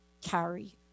carry